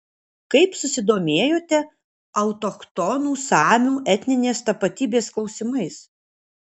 kaip susidomėjote autochtonų samių etninės tapatybės klausimais